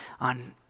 on